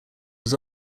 was